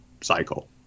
cycle